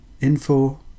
info